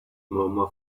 murmur